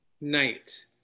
night